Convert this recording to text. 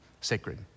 sacred